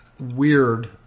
weird